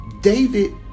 David